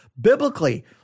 biblically